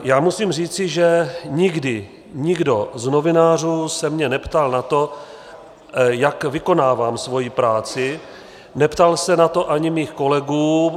Já musím říci, že nikdy nikdo z novinářů se mě neptal na to, jak vykonávám svoji práci, neptal se na to ani mých kolegů.